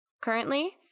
Currently